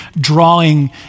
drawing